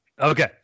Okay